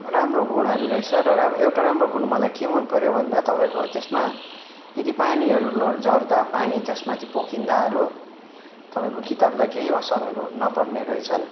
राम्रो गुणहरू रहेछ र एउटा राम्रो गुण मलाई के मन पर्यो भन्दा तपाईँको त्यसमा यदि पानीहरू झर्दा पानी त्यसमाथि पोखिँदाहरू तपाईँको किताबलाई केही असरहरू नपर्ने रहेछन्